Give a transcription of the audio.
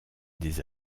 des